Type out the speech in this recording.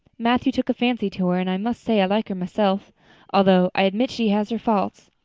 matthew took a fancy to her. and i must say i like her myself although i admit she has her faults.